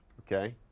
okay?